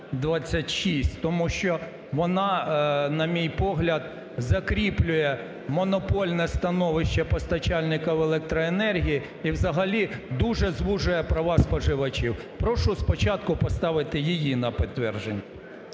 тому що вона, на мій погляд, закріплює монопольне становище постачальників електроенергії і взагалі дуже звужує права споживачів. Прошу спочатку поставити її на підтвердження.